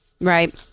Right